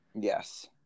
Yes